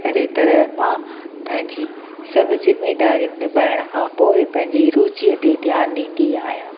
अहिड़ी तरह मां पंहिंजी सभु ज़िमेदारियूं निभाइण खां पोइ पंहिंजी रुचीअ ते ध्यानु ॾींदी आहियां